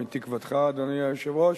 מתקוותך, אדוני היושב-ראש.